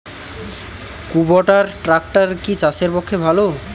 কুবটার ট্রাকটার কি চাষের পক্ষে ভালো?